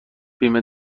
بیمه